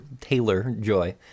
Taylor-Joy